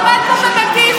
את בשנייה.